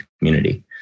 community